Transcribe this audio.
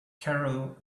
carol